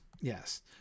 yes